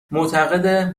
معتقده